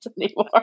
anymore